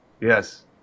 yes